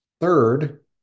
Third